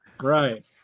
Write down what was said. right